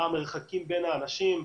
מה המרחקים בין האנשים.